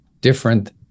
different